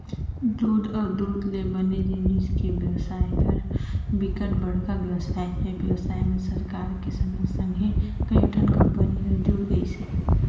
दूद अउ दूद ले बने जिनिस के बेवसाय ह बिकट बड़का बेवसाय हे, बेवसाय में सरकार के संघे संघे कयोठन कंपनी हर जुड़ गइसे